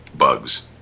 bugs